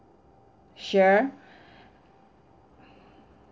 sure